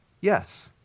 Yes